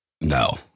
no